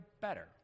better